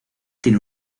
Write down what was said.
tiene